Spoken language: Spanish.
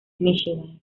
michigan